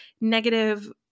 negative